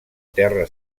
terra